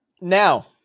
Now